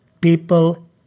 People